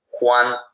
Juan